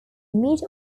meet